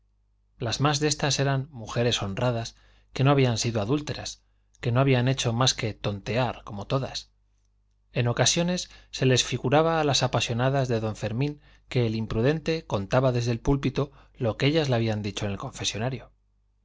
las más de estas eran mujeres honradas que no habían sido adúlteras que no habían hecho más que tontear como todas en ocasiones se les figuraba a las apasionadas de don fermín que el imprudente contaba desde el púlpito lo que ellas le habían dicho en el confesonario